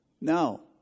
No